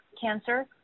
cancer